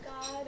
God